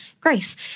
grace